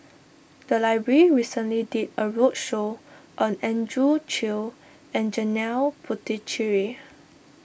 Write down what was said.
the library recently did a roadshow on Andrew Chew and Janil Puthucheary